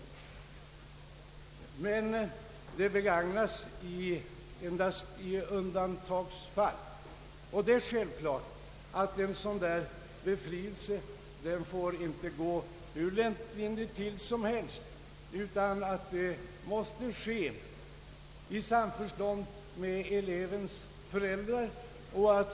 Men den möjligheten begagnas endast i undantagsfall, och det är självklart att en sådan befrielse inte får ges hur lättvindigt som helst, utan att den måste ges i samförstånd med elevens föräldrar.